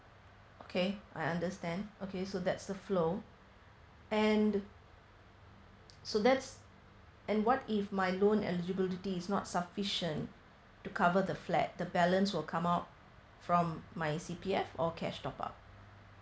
okay I understand okay so that's the flow and the so that's and what if my loan eligibility is not sufficient to cover the flat the balance will come out from my C_P_F or cash top up